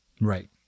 Right